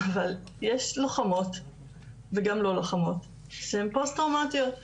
אבל יש לוחמות וגם לא לוחמות שהן פוסט-טראומטיות.